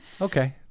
Okay